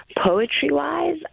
Poetry-wise